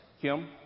Kim